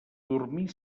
dormir